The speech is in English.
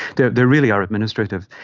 they they really are administrative.